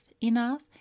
enough